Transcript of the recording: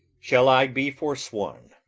shall i be forsworn